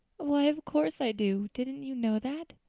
why, of course i do. didn't you know that?